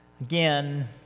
Again